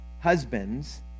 Husbands